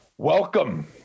Welcome